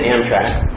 Amtrak